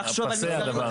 אני חושב שזה חכם.